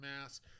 Mass